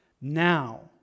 now